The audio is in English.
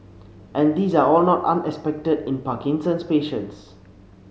and these are all not unexpected in Parkinson's patients